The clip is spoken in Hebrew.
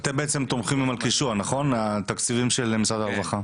אתם בעצם תומכים במלכישוע עם התקציבים של משרד הרווחה?